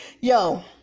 Yo